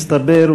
מסתבר,